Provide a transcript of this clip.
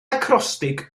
acrostig